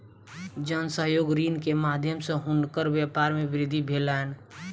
जन सहयोग ऋण के माध्यम सॅ हुनकर व्यापार मे वृद्धि भेलैन